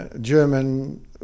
German